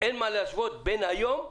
ואין מה להשוות בין היום לאתמול.